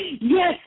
Yes